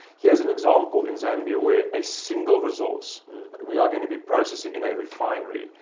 here's an example in zambia where a single resource that we are going to be processing in a refinery,